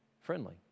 friendly